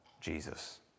Jesus